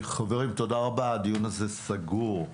חברים, תודה רבה, הדיון הזה סגור.